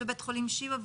למנכ"ל משרד החינוך,